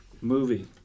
movie